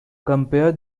compare